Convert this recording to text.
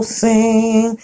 sing